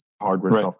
hardware